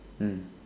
mm